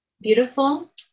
beautiful